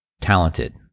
talented